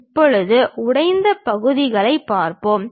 இப்போது உடைந்த பகுதிகளைப் பார்ப்போம்